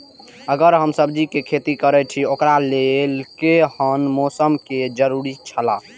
अगर हम सब्जीके खेती करे छि ओकरा लेल के हन मौसम के जरुरी छला?